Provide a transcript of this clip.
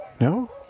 No